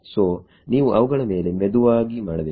so ನೀವು ಅವುಗಳ ಮೇಲೆ ಮೆದುವಾಗಿ ಮಾಡಬೇಕು